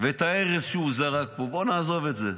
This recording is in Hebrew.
ואת הארס שהוא זרק פה, בואו נעזוב את זה.